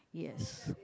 yes